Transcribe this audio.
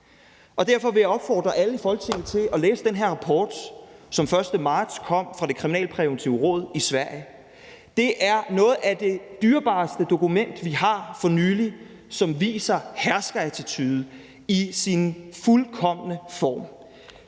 Derfor vil jeg opfordre alle i Folketinget til at læse den rapport, som kom den 1. marts fra det kriminalpræventive råd i Sverige. Det er et af de dyrebareste dokumenter, vi har, som viser herskerattitude i sin fuldkomne form.